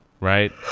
right